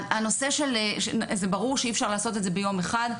הנושא, זה ברור שאי אפשר לעשות את זה ביום אחד.